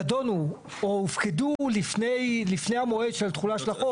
בתי ספר שנבנו במימון של משרד החינוך,